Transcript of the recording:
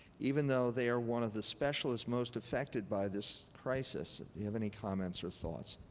even though they are one of the specialists most affected by this crisis. you have any comments or thoughts?